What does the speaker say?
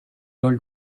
old